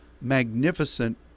magnificent